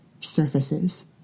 surfaces